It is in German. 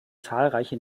zahlreiche